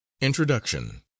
INTRODUCTION